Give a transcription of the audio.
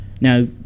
Now